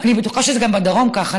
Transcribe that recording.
אני בטוחה שזה גם בדרום ככה.